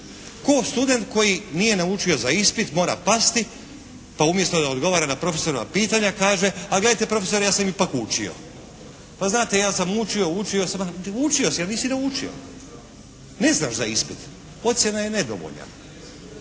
Kao student koji nije naučio za ispit, mora pasti, pa umjesto da odgovara na profesorova pitanja kaže a gledajte profesora ja sam ipak učio, pa znate ja sam učio, učio sam. A učio si, ali nisi naučio, ne znaš za ispit. Ocjena je nedovoljan.